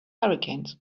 hurricanes